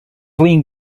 flin